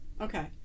Okay